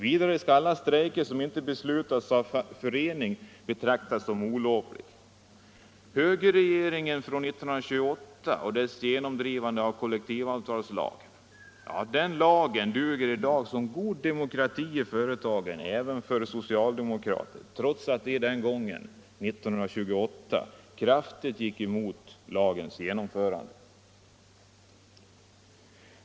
Vidare skall alla strejker som inte beslutas av förening betraktas som olagliga. Den kollektivavtalslag som högerregeringen 1928 genomförde duger i dag som god demokrati i företagen även för socialdemokrater, trots att de den gången — 1928 — kraftigt gick emot lagens genomförande.